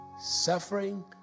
suffering